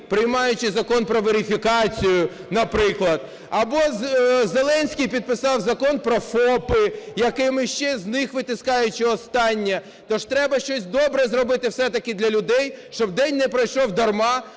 приймаючи Закон про верифікацію, наприклад. Або Зеленський підписав Закон про ФОПи, яким… ще з них витискаючи останнє. Тож треба щось добре зробити все-таки для людей, щоб день не пройшов дарма.